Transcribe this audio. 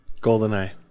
Goldeneye